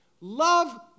Love